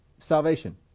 salvation